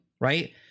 Right